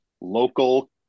local